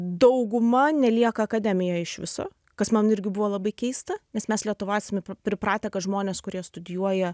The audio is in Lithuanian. dauguma nelieka akademijoj iš viso kas man irgi buvo labai keista nes mes lietuvoj esam pripratę kad žmonės kurie studijuoja